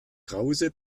krause